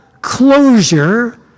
closure